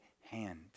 hand